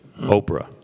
Oprah